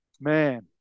Man